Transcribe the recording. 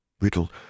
Riddle